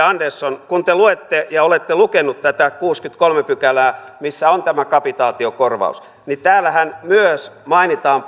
andersson kun te luette ja olette lukenut tätä kuudettakymmenettäkolmatta pykälää missä on tämä kapitaatiokorvaus niin täällähän myös mainitaan